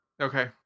Okay